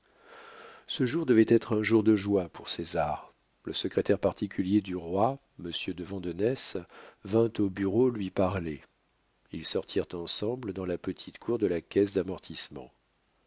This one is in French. ce jour devait être un jour de joie pour césar le secrétaire particulier du roi monsieur de vandenesse vint au bureau lui parler ils sortirent ensemble dans la petite cour de la caisse